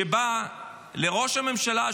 שבה לראש הממשלה,